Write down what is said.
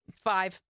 Five